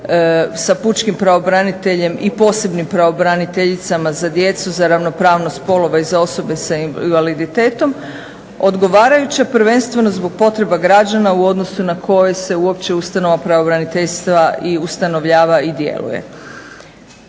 sa pučkim pravobraniteljem i posebnim pravobraniteljicama za djecu za ravnopravnost spolova i za osobe sa invaliditetom odgovarajuća prvenstveno zbog potreba građana u odnosu na koje se uopće ustanova pravobraniteljstva i ustanovljava i djeluje.